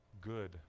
good